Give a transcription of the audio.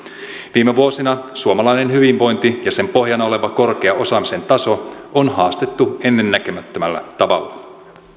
viime vuosina suomalainen hyvinvointi ja sen pohjana oleva korkea osaamisen taso on haastettu ennennäkemättömällä tavalla